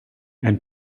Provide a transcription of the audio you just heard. and